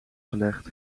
gelegd